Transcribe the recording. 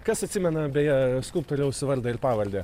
kas atsimena beje skulptoriaus vardą ir pavardę